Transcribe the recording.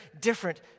different